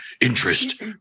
interest